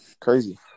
Crazy